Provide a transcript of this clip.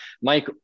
Mike